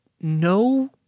no